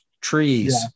trees